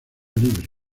libre